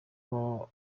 b’aba